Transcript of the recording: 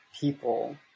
people